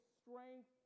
strength